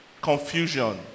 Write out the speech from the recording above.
confusion